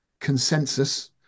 consensus